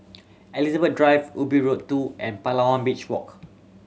Elizabeth Drive Ubi Road Two and Palawan Beach Walk